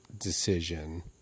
decision